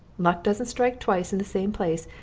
luck doesn't strike twice in the same place,